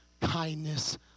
kindness